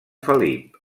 felip